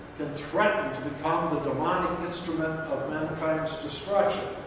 can threaten to become the demonic instrument of mankind's destruction.